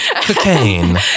Cocaine